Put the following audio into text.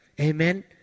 Amen